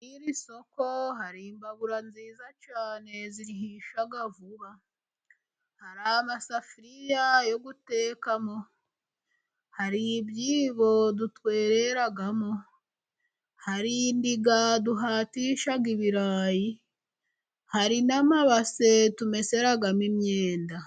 Muri iri soko hari imbabura nziza zihisha vuba ,hari amasafuriya yo gutekamo, hari ibyibo dutwereramo, hari indiga duhatisha ibirayi ,hari n'amabase tumeseramo imyenda.